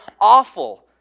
awful